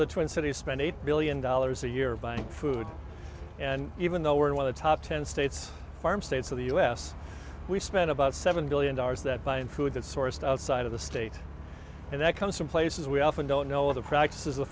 the twin cities spend eight billion dollars a year buying food and even though we're in the top ten states farm states of the u s we spend about seven billion dollars that buying food that's sourced outside of the state and that comes from places we often don't know the practices the